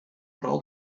vooral